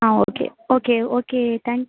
ah okay okay okay thanks